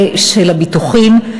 הנושא של הביטוחים,